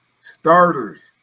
Starters